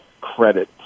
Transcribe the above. credit